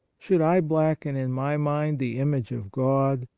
should i blacken in my mind the image of god,